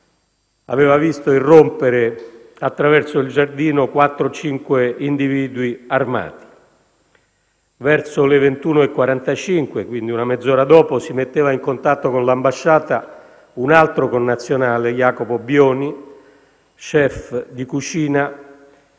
aveva visto irrompere, attraverso il giardino, quattro o cinque individui armati. Verso le 21,45, quindi una mezz'ora dopo, si metteva in contatto con l'ambasciata un altro connazionale, Jacopo Bioni, *chef* di cucina,